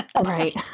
right